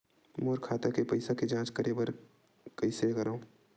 मोर खाता के पईसा के जांच करे बर हे, कइसे करंव?